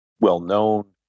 well-known